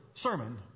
sermon